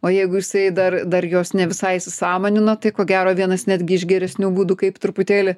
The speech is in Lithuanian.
o jeigu jisai dar dar jos ne visai įsisąmonino tai ko gero vienas netgi iš geresnių būdų kaip truputėlį